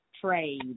trade